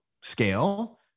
scale